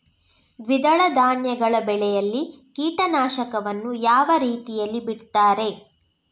ದ್ವಿದಳ ಧಾನ್ಯಗಳ ಬೆಳೆಯಲ್ಲಿ ಕೀಟನಾಶಕವನ್ನು ಯಾವ ರೀತಿಯಲ್ಲಿ ಬಿಡ್ತಾರೆ?